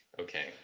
Okay